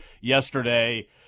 yesterday